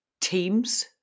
teams